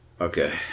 Okay